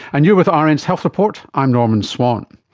and you're with ah rn's health report, i'm norman swan.